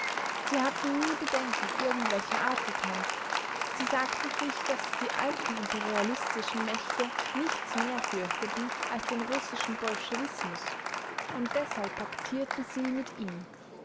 sie hatten nie bedenken irgendwelcher art gekannt sie sagten sich daß die alten imperialistischen mächte nichts mehr fürchteten als den russischen bolschewismus und deshalb paktierten sie mit ihm